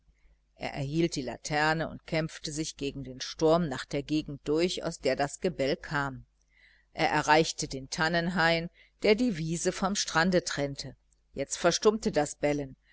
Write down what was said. er erhielt die laterne und kämpfte sich gegen den sturm nach der gegend durch aus der das gebell kam er erreichte den tannenhain der die wiese vom strande trennte jetzt verstummte das bellen